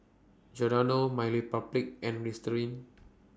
Giordano MyRepublic and Listerine